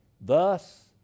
Thus